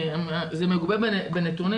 זה מגובה בנתונים,